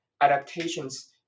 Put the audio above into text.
adaptations